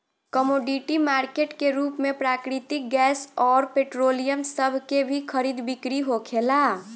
commodity market के रूप में प्राकृतिक गैस अउर पेट्रोलियम सभ के भी खरीद बिक्री होखेला